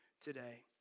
today